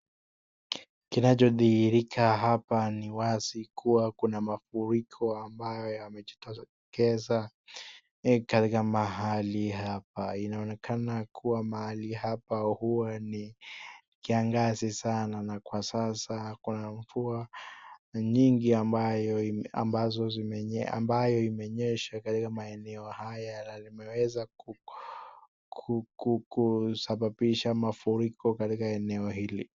Kinachodhihirika hapa ni wazi ni kuwa kuna mafuriko amabyo yamejitokeza katika mahali hapa. Inaonekana kuwa mahali hapa huwa ni kiangazi sana. Kwa sasa kuna mvua nyingi ambayo imenyesha katika maeneo haya na imeweza kusababisha mafuriko katika eneo hili.